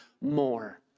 more